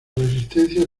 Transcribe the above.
resistencia